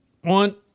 One